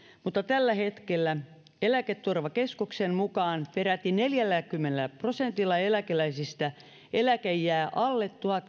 mutta tällä hetkellä eläketurvakeskuksen mukaan peräti neljälläkymmenellä prosentilla eläkeläisistä eläke jää alle